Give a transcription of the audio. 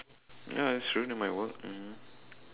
ya it's true that might work mmhmm